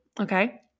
okay